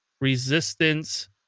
Resistance